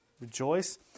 Rejoice